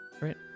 right